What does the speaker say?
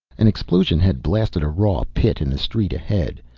an explosion had blasted a raw pit in the street ahead.